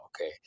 Okay